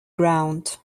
ground